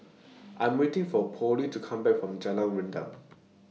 I'm waiting For Polly to Come Back from Jalan Rendang